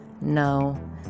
No